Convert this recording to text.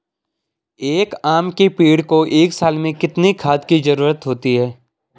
एक आम के पेड़ को एक साल में कितने खाद की जरूरत होती है?